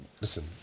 Listen